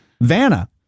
Vanna